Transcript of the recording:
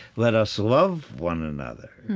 let us love one another, hmm.